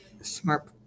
smart